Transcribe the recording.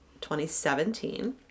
2017